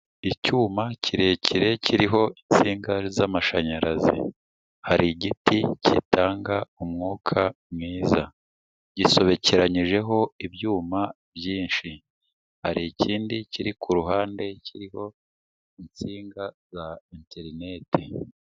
Icyuma kirekire kiriho insinga z'amashanyarazi, hari igiti kitanga umwuka mwiza, gisobekeranyijeho ibyuma byinshi, hari ikindi kiri ku ruhande kiriho insinga za interineti.